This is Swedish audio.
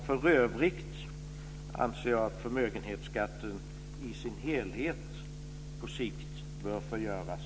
För övrigt anser jag att förmögenhetsskatten i dess helhet på sikt bör förgöras!